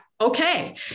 okay